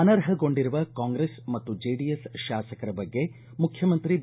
ಅನರ್ಹಗೊಂಡಿರುವ ಕಾಂಗ್ರೆಸ್ ಮತ್ತು ಚೆಡಿಎಸ್ ಶಾಸಕರ ಬಗ್ಗೆ ಮುಖ್ಯಮಂತ್ರಿ ಬಿ